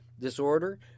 Disorder